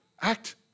Act